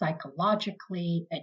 psychologically